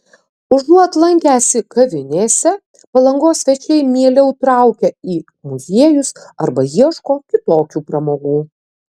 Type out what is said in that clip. užuot lankęsi kavinėse palangos svečiai mieliau traukia į muziejus arba ieško kitokių pramogų